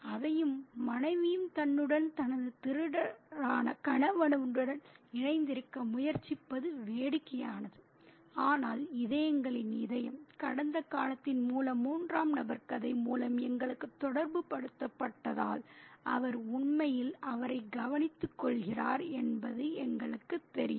அதையும் மனைவியும் தன்னுடன் தனது திருடரான கணவனுடன் இணைந்திருக்க முயற்சிப்பது வேடிக்கையானது ஆனால் இதயங்களின் இதயம் கடந்த காலத்தின் மூலம் மூன்றாம் நபர் கதை மூலம் எங்களுக்குத் தொடர்புபடுத்தப்பட்டதால் அவர் உண்மையில் அவரை கவனித்துக்கொள்கிறார் என்பது எங்களுக்குத் தெரியும்